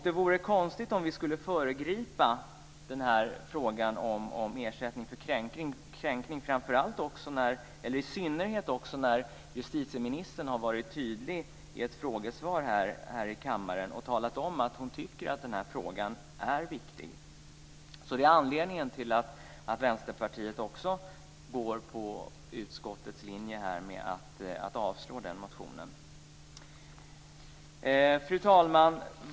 Det vore konstigt om vi skulle föregripa frågan om ersättning för kränkning, i synnerhet som justitieministern har varit tydlig i ett frågesvar här i kammaren och talat om att hon tycker att den här frågan är viktigt. Det är anledningen till att Vänsterpartiet går på utskottets linje som innebär att man avstyrker den motionen. Fru talman!